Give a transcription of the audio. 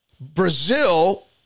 Brazil